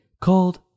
called